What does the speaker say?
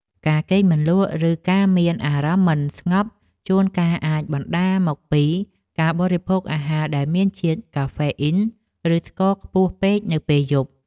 ការគេងមិនលក់ ឬការមានអារម្មណ៍មិនស្ងប់ជួនកាលអាចបណ្តាលមកពីការបរិភោគអាហារដែលមានជាតិកាហ្វេអ៊ីនឬស្ករខ្ពស់ពេកនៅពេលយប់។